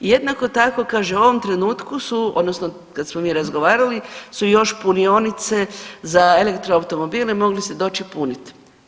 Jednako tako kaže u ovom trenutku su odnosno kad smo mi razgovarali su još i punionice za elektroautomobile, mogli ste doći puniti.